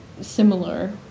similar